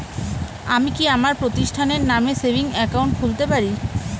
আমি কি আমার প্রতিষ্ঠানের নামে সেভিংস একাউন্ট খুলতে পারি?